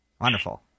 Wonderful